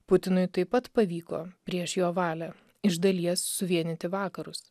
putinui taip pat pavyko prieš jo valią iš dalies suvienyti vakarus